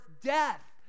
death